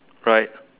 right